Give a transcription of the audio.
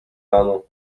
rano